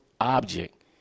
object